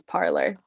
Parlor